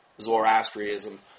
Zoroastrianism